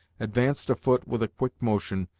advanced a foot with a quick motion,